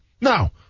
Now